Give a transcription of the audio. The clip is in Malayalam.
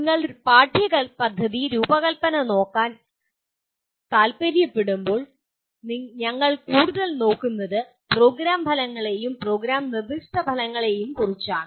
നിങ്ങൾ പാഠ്യപദ്ധതി രൂപകൽപ്പന നോക്കാൻ താൽപ്പര്യപ്പെടുമ്പോൾ ഞങ്ങൾ കൂടുതൽ നോക്കുന്നത് പ്രോഗ്രാം ഫലങ്ങളെയും പ്രോഗ്രാം നിർദ്ദിഷ്ട ഫലങ്ങളെയും കുറിച്ചാണ്